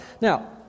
Now